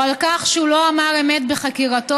או על כך שלא אמר אמת בחקירתו,